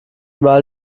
mal